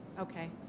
okay.